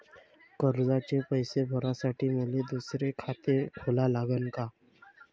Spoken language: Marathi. कर्जाचे पैसे भरासाठी मले दुसरे खाते खोला लागन का?